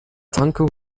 tanke